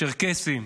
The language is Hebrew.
צ'רקסים,